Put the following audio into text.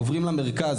עוברים למרכז.